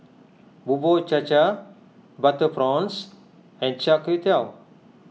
Bubur Cha Cha Butter Prawns and Char Kway Teow